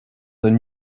their